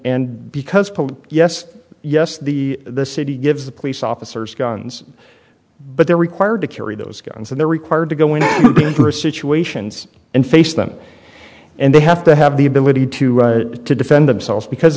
police yes yes the the city gives the police officers guns but they're required to carry those guns and they're required to go in for situations and face them and they have to have the ability to right to defend themselves because